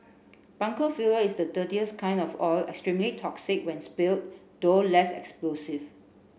bunker fuel is the dirtiest kind of oil extremely toxic when spilled though less explosive